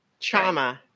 Chama